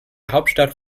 hauptstadt